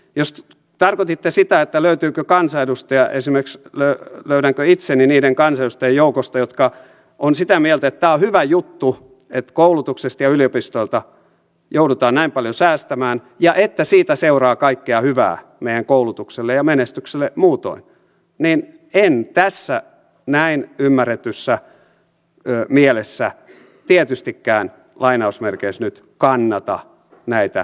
jos tarkoititte sitä löydänkö esimerkiksi itseni niiden kansanedustajien joukosta jotka ovat sitä mieltä että tämä on hyvä juttu että koulutuksesta ja yliopistolta joudutaan näin paljon säästämään ja että siitä seuraa kaikkea hyvää meidän koulutukselle ja menestykselle muutoin niin en tässä näin ymmärretyssä mielessä tietystikään kannata näitä säästöjä